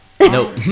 nope